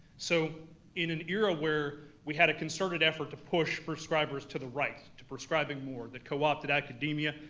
so in an era where we had a concerted effort to push prescribers to the right, to prescribing more, that co-opted academia,